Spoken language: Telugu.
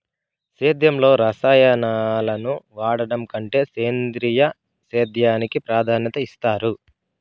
సేద్యంలో రసాయనాలను వాడడం కంటే సేంద్రియ సేద్యానికి ప్రాధాన్యత ఇస్తారు